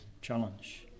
challenge